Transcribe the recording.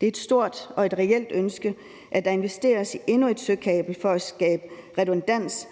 Det er et stort og et reelt ønske, at der investeres i endnu et søkabel for at skabe redundans